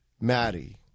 Maddie